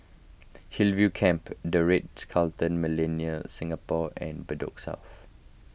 Hillview Camp the Ritz Carlton Millenia Singapore and Bedok South